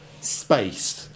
space